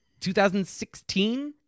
2016